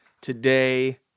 today